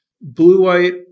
blue-white